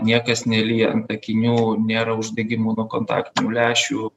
niekas nelyja ant akinių nėra uždegimų nuo kontaktinių lęšių